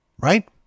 Right